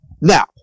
Now